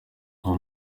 uwo